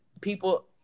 people